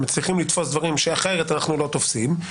דברים שאחרת אנחנו לא תופסים,